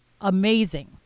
amazing